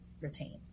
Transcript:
retain